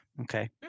okay